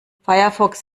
firefox